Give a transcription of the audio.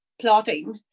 plotting